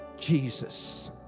Jesus